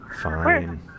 Fine